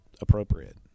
appropriate